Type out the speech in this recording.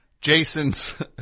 Jason's